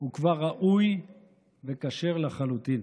הוא כבר ראוי וכשר לחלוטין,